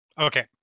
Okay